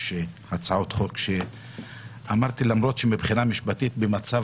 יש הצעות חוק שאמרתי למרות שמבחינה משפטית במצב